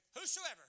whosoever